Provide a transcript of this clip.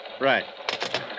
Right